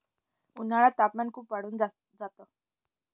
उन्हाळ्यात तापमान खूप वाढून जात